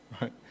right